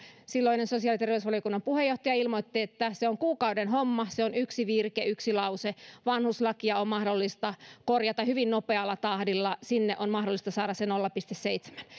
silloinen sosiaali ja terveysvaliokunnan puheenjohtaja ilmoitti että se on kuukauden homma se on yksi virke yksi lause vanhuslakia on mahdollista korjata hyvin nopealla tahdilla sinne on mahdollista saada se nolla pilkku seitsemän